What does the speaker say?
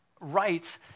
rights